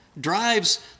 drives